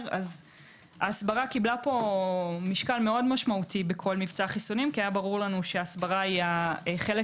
היא קיבלה פה משקל מאוד משמעותי בכל מבצע החיסונים כי היא החלק העיקרי,